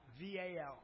V-A-L